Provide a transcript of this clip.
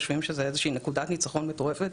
כאיזו נקודת ניצחון מטורפת,